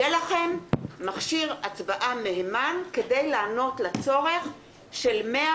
יהיה לכם מכשיר הצבעה מהימן כדי לענות לצורך של 120